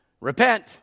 repent